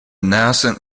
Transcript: nascent